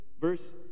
verse